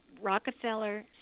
Rockefeller